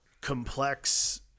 complex